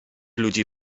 ludzi